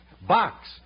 Box